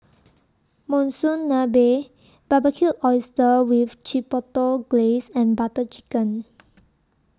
Monsunabe Barbecued Oysters with Chipotle Glaze and Butter Chicken